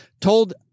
told